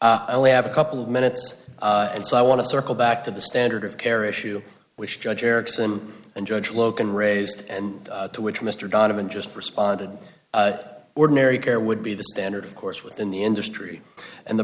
honor i only have a couple of minutes and so i want to circle back to the standard of care issue which judge ericson and judge loken raised and to which mr donovan just responded ordinary care would be the standard of course within the industry and the